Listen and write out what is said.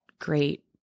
great